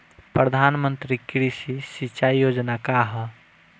प्रधानमंत्री कृषि सिंचाई योजना का ह?